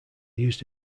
used